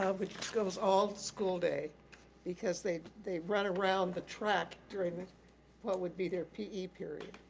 ah which goes all school day because they they run around the track during what would be their p e. period.